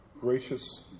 gracious